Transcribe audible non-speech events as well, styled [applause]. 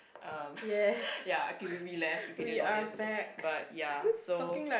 um [breath] ya okay we we left if you didn't notice but ya so